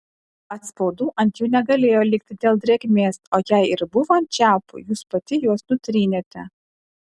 atspaudų ant jų negalėjo likti dėl drėgmės o jei ir buvo ant čiaupų jūs pati juos nutrynėte